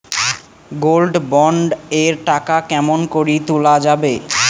Gold bond এর টাকা কেমন করি তুলা যাবে?